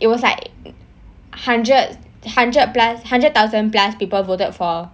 it was like hundred hundred plus hundred thousand plus people voted for